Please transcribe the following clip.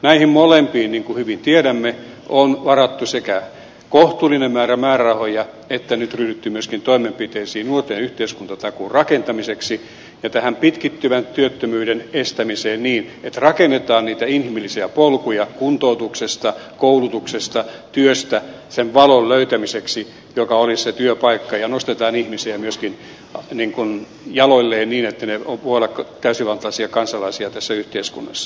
näihin molempiin niin kuin hyvin tiedämme on sekä varattu kohtuullinen määrä määrärahoja että nyt ryhdytty myöskin toimenpiteisiin nuorten yhteiskuntatakuun rakentamiseksi ja tähän pitkittyvän työttömyyden estämiseksi niin että rakennetaan niitä inhimillisiä polkuja kuntoutuksesta koulutuksesta työstä sen valon löytämiseksi joka olisi se työpaikka ja nostetaan ihmisiä myöskin jaloilleen niin että he voivat olla täysivaltaisia kansalaisia tässä yhteiskunnassa